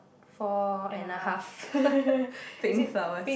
four and a half pink flowers